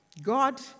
God